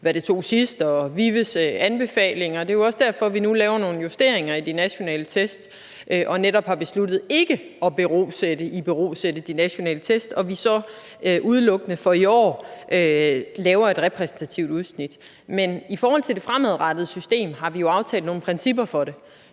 tid det tog sidst, og hvis vi følger VIVE's anbefalinger. Det er også derfor, vi nu laver nogle justeringer i de nationale test og netop har besluttet ikke at berosætte de nationale test, og vi så udelukkende i år tager et repræsentativt udsnit. Men hvad angår det system, vi skal have fremadrettet, så har vi jo aftalt nogle principper for det,